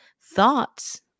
thoughts